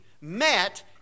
met